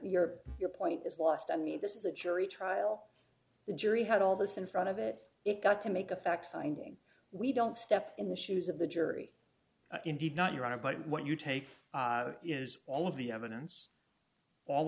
your your point is lost i mean this is a jury trial the jury had all this in front of it it got to make a fact finding we don't step in the shoes of the jury indeed not your honor but what you take is all of the evidence all